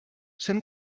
cent